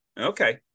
Okay